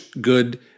good